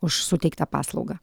už suteiktą paslaugą